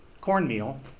cornmeal